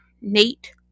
Nate